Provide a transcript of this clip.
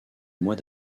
mois